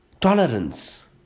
tolerance